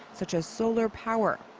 such as solar power.